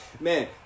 man